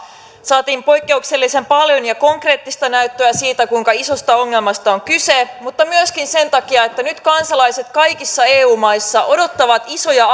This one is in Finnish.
saatiin poikkeuksellisen paljon ja konkreettista näyttöä siitä kuinka isosta ongelmasta on kyse mutta myöskin sen takia että nyt kansalaiset kaikissa eu maissa odottavat isoja